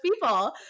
people